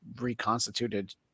reconstituted